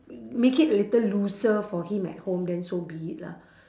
make it a little looser for him at home then so be it lah